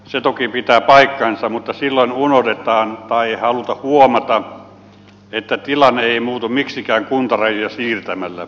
se toki pitää paikkansa mutta silloin unohdetaan tai ei haluta huomata että tilanne ei muutu miksikään kuntarajoja siirtämällä